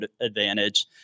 advantage